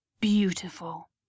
Beautiful